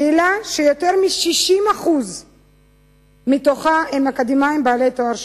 קהילה שיותר מ-60% ממנה הם אקדמאים בעלי תואר שני,